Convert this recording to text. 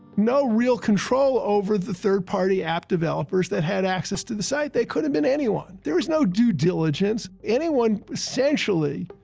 no real control over the third-party app developers that had access to the site. they could have been anyone. there was no due diligence. anyone, essentially,